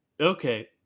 Okay